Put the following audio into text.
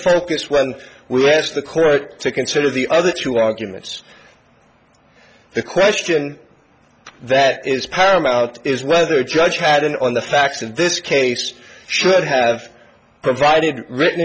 focus when we asked the court to consider the other two arguments the question that is paramount is whether a judge had an on the facts in this case should have provided written